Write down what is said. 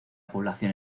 población